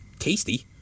tasty